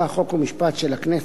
חוק ומשפט של הכנסת